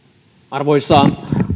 arvoisa